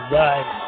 right